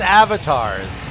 avatars